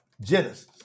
Genesis